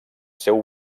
seu